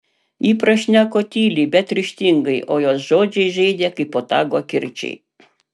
ji prašneko tyliai bet ryžtingai o jos žodžiai žeidė kaip botago kirčiai